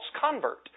convert